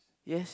yes